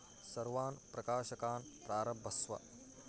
सर्वान् प्रकाशकान् प्रारभस्व